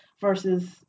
versus